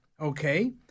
okay